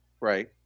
Right